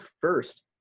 first